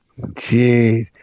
Jeez